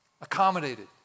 accommodated